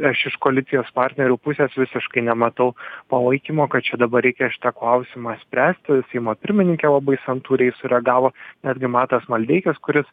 aš iš koalicijos partnerių pusės visiškai nematau palaikymo kad čia dabar reikia šitą klausimą spręsti seimo pirmininkė labai santūriai sureagavo netgi matas maldeikis kuris